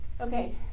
Okay